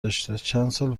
داشته، چندسال